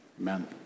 Amen